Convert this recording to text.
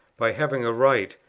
by having a right,